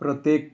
ପ୍ରତ୍ୟେକ